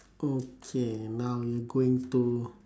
okay now we going to